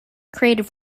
created